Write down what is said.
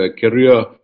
career